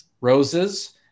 roses